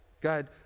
God